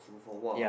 super four !wah!